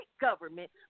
government